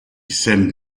sème